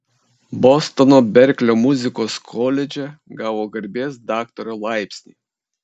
bostono berklio muzikos koledže gavo garbės daktaro laipsnį